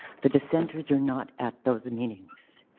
the dissenters are not at those meetings.